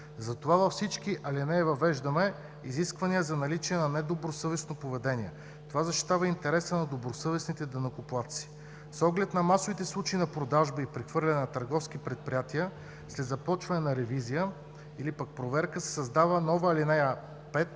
Затова във всички алинеи въвеждаме изисквания за наличие на недобросъвестно поведение. Това защитава интереса на добросъвестните данъкоплатци. С оглед масовите случаи на продажби и прехвърляне на търговски предприятия след започване на ревизия или пък проверка се създава нова ал. 5